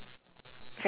oh very good